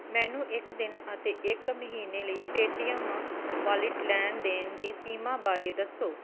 ਮੈਨੂੰ ਇੱਕ ਦਿਨ ਅਤੇ ਇੱਕ ਮਹੀਨੇ ਲਈ ਪੇਟੀਐੱਮ ਵਾਲਿਟ ਲੈਣ ਦੇਣ ਦੀ ਸੀਮਾ ਬਾਰੇ ਦੱਸੋ